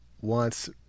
wants